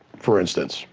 for instance,